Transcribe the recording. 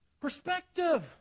perspective